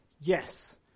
Yes